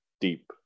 deep